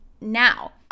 Now